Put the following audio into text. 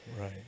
right